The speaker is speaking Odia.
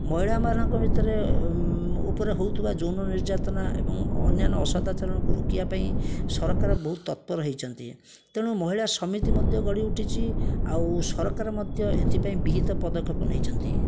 ମହିଳାମାନଙ୍କ ଭିତରେ ଉପରେ ହଉଥିବା ଯୌନ ନିର୍ଯାତନା ଏବଂ ଅନ୍ୟାନ ଅସଦାଚରଣକୁ ରୋକିବାପାଇଁ ସରକାର ବହୁତ ତତ୍ପର ହୋଇଛନ୍ତି ତେଣୁ ମହିଳା ସମିତି ମଧ୍ୟ ଗଢ଼ିଉଠିଛି ଆଉ ସରକାର ମଧ୍ୟ ଏଇଥିପାଇଁ ବିହିତ ପଦକ୍ଷେପ ନେଇଛନ୍ତି